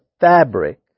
fabric